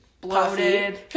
Bloated